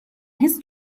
his